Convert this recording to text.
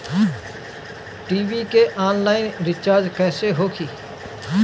TV के online recharge कैसे होखी?